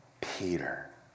Peter